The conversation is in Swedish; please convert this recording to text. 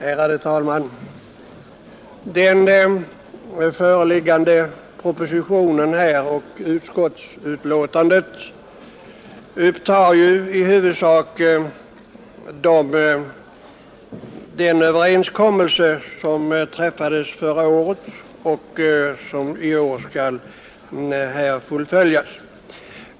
Ärade talman! Den föreliggande propositionen och utskottsbetänkandet upptar ju i huvudsak den överenskommelse som träffades förra året och som i år skall fullföljas.